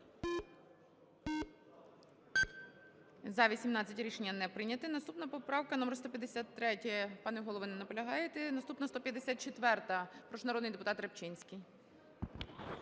За-18 Рішення не прийняте. Наступна поправка - номер 153. Пане голово, не наполягаєте? Наступна – 154-а. Прошу, народний депутат Рибчинський.